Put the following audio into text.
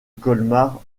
colmar